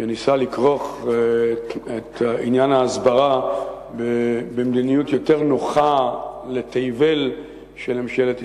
שניסה לכרוך את עניין ההסברה במדיניות יותר נוחה לתבל של ממשלת ישראל.